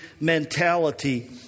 mentality